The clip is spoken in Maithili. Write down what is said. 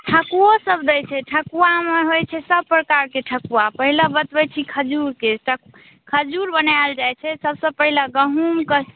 ठकुओ सब दै छै ठकुआमे होइ छै सब प्रकारके ठकुआ पहले बतबै छी खजूरके ठ खजूर बनाएल जाइ छै सब से पहले गहूॅंमके